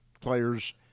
players